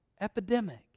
epidemic